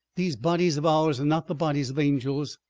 these bodies of ours are not the bodies of angels.